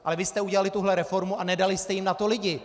Ale vy jste udělali tuhle reformu a nedali jste jim na to lidi.